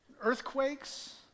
earthquakes